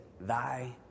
Thy